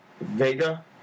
Vega